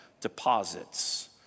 deposits